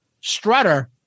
Strutter